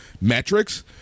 metrics